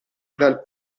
dal